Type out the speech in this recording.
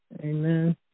Amen